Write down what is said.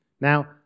Now